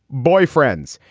boyfriends.